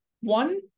one